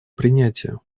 принятию